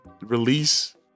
release